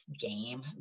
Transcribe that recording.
game